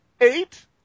eight